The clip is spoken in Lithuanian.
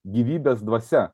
gyvybės dvasia